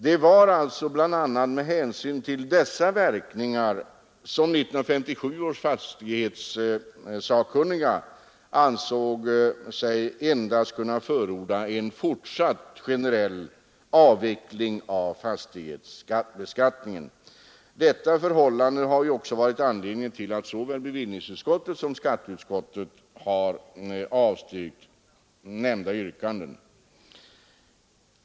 Det var alltså bl.a. med hänsyn till dessa verkningar som 1957 års fastighetssakkunniga ansåg sig endast kunna förorda en fortsatt generell avveckling av fastighetsbeskattningen. Detta förhållande har ju också varit anledning till att såväl bevillningsutskottet som skatteutskottet har avstyrkt nämnda yrkanden.